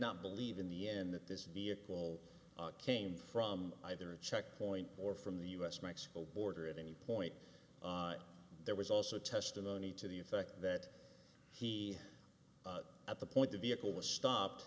not believe in the end that this vehicle came from either a checkpoint or from the us mexico border at any point there was also testimony to the effect that he at the point the vehicle was stopped